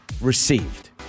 received